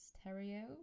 stereo